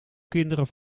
kinderen